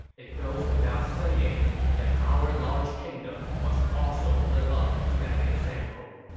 it goes without saying that our large kingdom must also live up to that example.